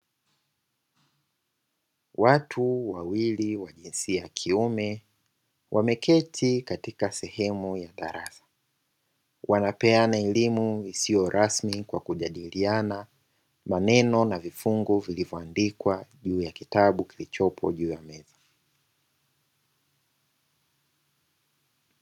Watu wawili wa jinsia ya kiume wameketi katika sehemu ya darasa, wanapeana elimu isiyo rasmi kwa kujadiliana maneno na vifungu vilivyoandikwa juu ya kitabu kilichopo juu ya meza.